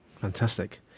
Fantastic